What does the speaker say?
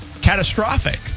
catastrophic